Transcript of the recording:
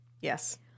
Yes